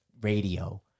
radio